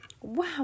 wow